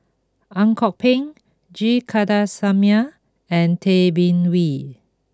Ang Kok Peng G Kandasamy and Tay Bin Wee